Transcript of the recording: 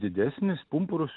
didesnis pumpurus